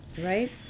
right